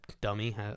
dummy